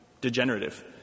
degenerative